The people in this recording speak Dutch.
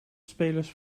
spelers